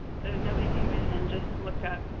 so nobody can go in and just look up